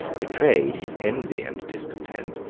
betrayed his envy and discontent,